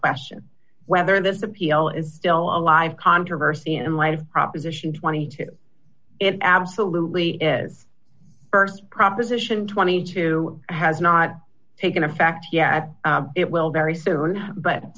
question whether this appeal is still alive controversy in light of proposition twenty two it absolutely is st proposition twenty two has not taken effect yet it will very soon but